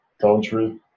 country